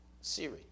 Siri